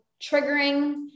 triggering